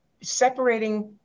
separating